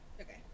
Okay